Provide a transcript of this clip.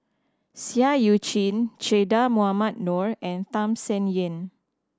Seah Eu Chin Che Dah Mohamed Noor and Tham Sien Yen